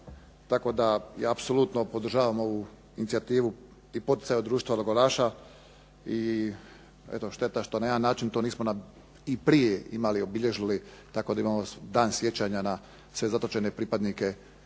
Tako da ja apsolutno podržavam ovu inicijativu i poticaja od Društva logoraša. I šteta što na jedan način i nismo i prije obilježili tako da imamo dan sjećanja na sve zatočene pripadnike